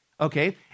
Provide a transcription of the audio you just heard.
okay